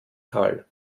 tal